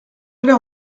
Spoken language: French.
l’air